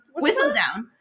Whistledown